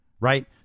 Right